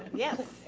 yes.